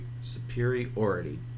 superiority